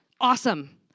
Awesome